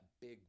big